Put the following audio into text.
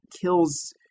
kills